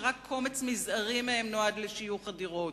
שרק קומץ מזערי מהן נועד לשיוך הדירות.